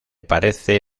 parece